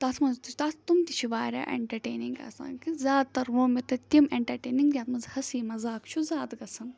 تَتھ منٛز تہِ تَتھ تِم تہِ چھِ وارِیاہ اٮ۪نٹَرٹینِنٛگ آسان کہِ زیادٕ تَر ووٚم تَتہِ تِم اٮ۪نٹَرٹینِنٛگ یَتھ منٛز ہسی مَزاق چھُ زیادٕ گَژھان